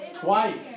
twice